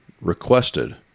requested